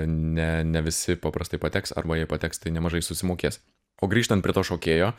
ne ne visi paprastai pateks arba jei pateks tai nemažai susimokės o grįžtant prie to šokėjo